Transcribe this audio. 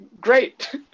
great